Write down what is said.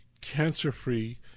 cancer-free